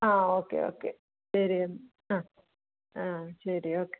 ആ okay okay ശരിയെന്നാൽ ആ ആ ശരി ഓക്കെ